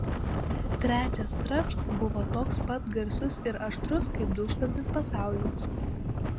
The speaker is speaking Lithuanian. trečias trakšt buvo toks pat garsus ir aštrus kaip dūžtantis pasaulis